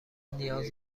نیاز